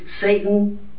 Satan